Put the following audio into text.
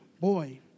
boy